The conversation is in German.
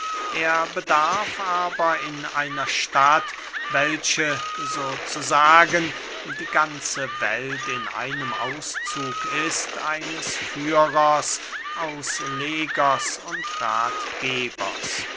er bedarf aber in einer stadt welche so zu sagen die ganze welt in einem auszug ist eines führers auslegers und rathgebers